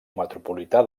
metropolità